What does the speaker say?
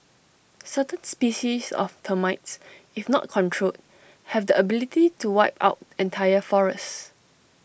certain species of termites if not controlled have the ability to wipe out entire forests